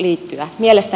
mielestäni eivät